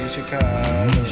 Chicago